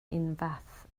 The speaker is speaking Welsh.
unfath